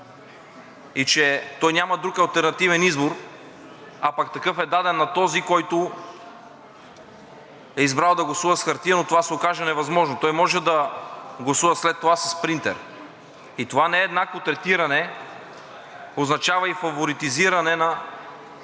и че той няма друг алтернативен избор, а пък такъв е даден на този, който е избрал да гласува с хартия, но това се окаже невъзможно, той може да гласува след това с принтер и това нееднакво третиране означава и фаворизиране на